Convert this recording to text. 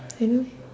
I don't have